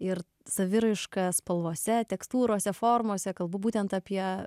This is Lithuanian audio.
ir saviraiška spalvose tekstūrose formose kalbu būtent apie